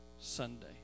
Sunday